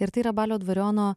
ir tai yra balio dvariono